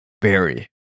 Berry